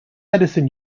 edison